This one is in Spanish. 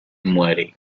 muere